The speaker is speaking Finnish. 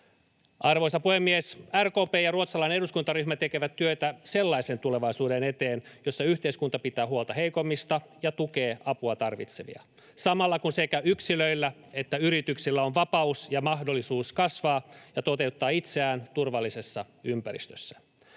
Arvoisa puhemies! RKP ja ruotsalainen eduskuntaryhmä tekevät työtä sellaisen tulevaisuuden eteen, jossa yhteiskunta pitää huolta heikoimmista ja tukee apua tarvitsevia, samalla kun sekä yksilöillä että yrityksillä on vapaus ja mahdollisuus kasvaa ja toteuttaa itseään turvallisessa ympäristössä.